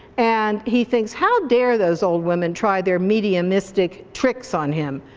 and he thinks, how dare those old women try their mediumistic tricks on him,